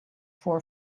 for